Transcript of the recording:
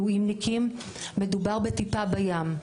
והמילואימניקים, מדובר בטיפה בים.